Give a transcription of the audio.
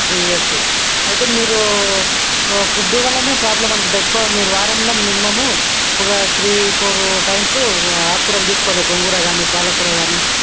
three years అయితే మీరు food వలన ప్రాబ్లం అనుకుంట ఎక్కువ మీరు వారంలో మినిమము ఒక త్రీ ఫోర్ టైమ్స్ ఆకుకూరలు తీసుకోవాలి గోంగూర కానీ పాలకూర కానీ